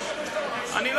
תדבר כמה שאתה רוצה.